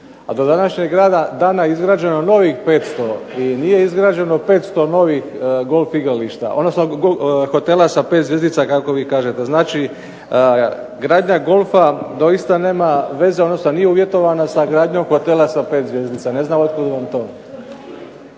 a do današnjeg dana izgrađeno novih 500 i nije izgrađeno 500 novih golf igrališta, odnosno hotela sa 5 zvjezdica kako bi kažete. Znači gradnja golfa doista nema veze, odnosno nije uvjetovano sa gradnjom hotela sa 5 zvjezdica. Ne znam otkud vam to.